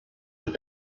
have